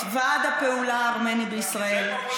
את ועד הפעולה הארמני בישראל,